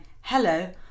hello